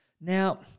Now